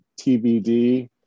tbd